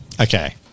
Okay